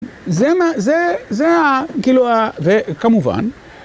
זה מה, זה, זה הכאילו ה... וכמובן...